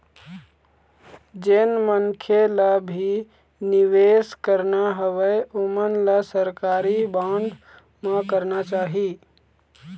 जेन मनखे ल भी निवेस करना हवय ओमन ल सरकारी बांड म करना चाही